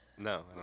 No